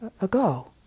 ago